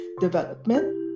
Development